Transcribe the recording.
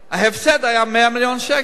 ההפסד היה 100 מיליון שקל.